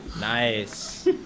Nice